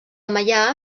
meià